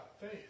faith